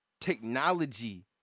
technology